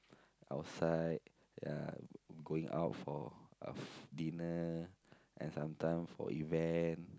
outside ya going out for uh f~ dinner and sometimes for event